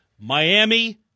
Miami